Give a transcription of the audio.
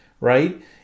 right